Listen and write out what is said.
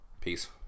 Peace